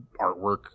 artwork